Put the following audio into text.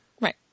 Right